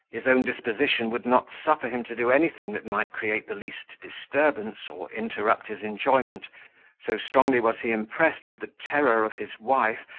his own disposition would not suffer him to do anything that might create the least disturbance, or interrupt his enjoyment so strongly was he impressed with the terror of his wife,